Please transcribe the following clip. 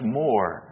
more